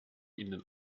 ihnen